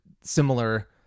similar